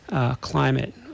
climate